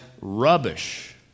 rubbish